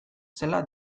zela